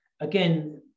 again